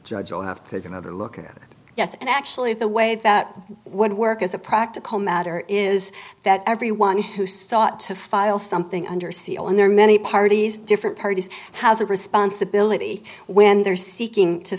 judge will have to take another look at it yes and actually the way that would work as a practical matter is that everyone who sought to file something under seal and there are many parties different parties has a responsibility when they're seeking to